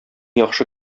яхшы